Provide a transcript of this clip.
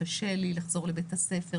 קשה לי לחזור לבית הספר?